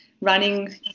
running